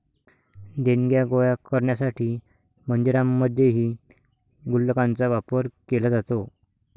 देणग्या गोळा करण्यासाठी मंदिरांमध्येही गुल्लकांचा वापर केला जातो